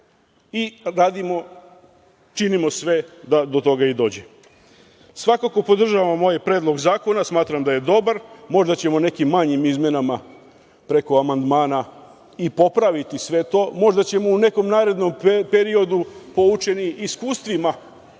i radimo, činimo sve da do toga i dođe. Svakako podržavam ovaj predlog zakona, smatram da je dobar. Možda ćemo nekim manjim izmenama preko amandmana i popraviti sve to. Možda ćemo u nekom narednom periodu, poučeni iskustvima,